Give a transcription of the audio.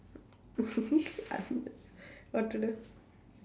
what to do